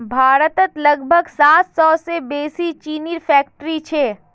भारतत लगभग सात सौ से बेसि चीनीर फैक्ट्रि छे